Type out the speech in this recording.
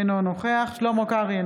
אינו נוכח שלמה קרעי,